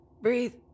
Breathe